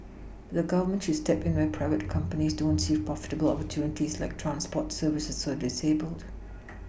but the Government should step in where private companies don't see profitable opportunities like transport services for the disabled